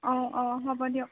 অ অ হ'ব দিয়ক